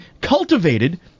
cultivated